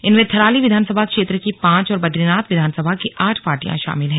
इनमें थराली विधानसभा क्षेत्र की पांच और बद्रीनाथ विधानसभा की आठ पार्टियां शामिल हैं